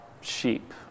sheep